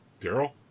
Daryl